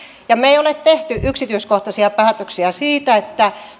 me emme ole tehneet yksityiskohtaisia päätöksiä siitä